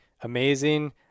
amazing